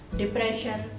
depression